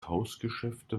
tauschgeschäfte